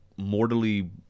mortally